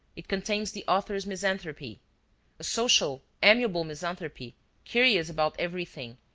it contains the author's misanthropy. a social, amiable misanthropy curious about everything,